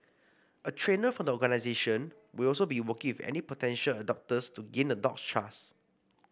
a trainer from the organisation will also be working with any potential adopters to gain the dog's trust